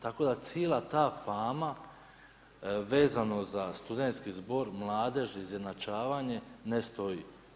Tako da cijela ta fama vezano za studentski zbor mladeži izjednačavanje ne stoji.